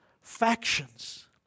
factions